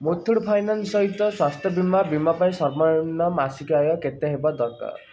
Muthoot finance ସହିତ ସ୍ଵାସ୍ଥ୍ୟ ବୀମା ବୀମା ପାଇଁ ସର୍ବନିମ୍ନ ମାସିକ ଆୟ କେତେ ହେବା ଦରକାର